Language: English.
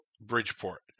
Bridgeport